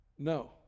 No